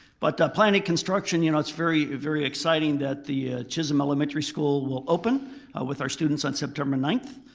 but planning construction you know it's very very exciting that the chisholm elementary school will open with our students on september ninth.